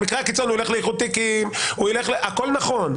במקרה הקיצון הוא ילך לאיחוד תיקים הכול נכון.